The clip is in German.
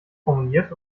formuliert